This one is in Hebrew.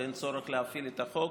ואין צורך להפעיל את החוק.